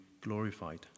glorified